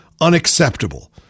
unacceptable